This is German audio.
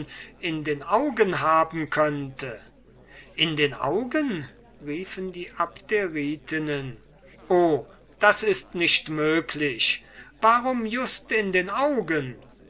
in den augen haben könnte in den augen riefen die abderitinnen o das ist nicht möglich warum just in den augen